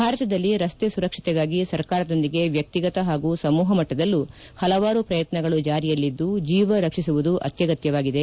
ಭಾರತದಲ್ಲಿ ರಸ್ತೆ ಸುರಕ್ಷತೆಗಾಗಿ ಸರ್ಕಾರದೊಂದಿಗೆ ವ್ಯಕ್ತಿಗತ ಹಾಗೂ ಸಮೂಹ ಮಟ್ಟದಲ್ಲೂ ಹಲವಾರು ಪ್ರಯತ್ನಗಳು ಜಾರಿಯಲ್ಲಿದ್ದು ಜೀವ ರಕ್ಷಿಸುವುದು ಅತ್ಯಗತ್ಯವಾಗಿದೆ